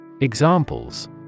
Examples